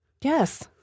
Yes